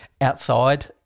outside